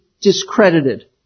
discredited